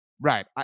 right